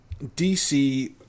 DC